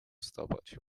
wstawać